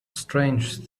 strange